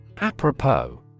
Apropos